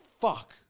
fuck